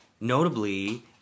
notably